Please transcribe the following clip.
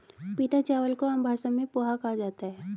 पीटा चावल को आम भाषा में पोहा कहा जाता है